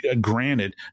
granted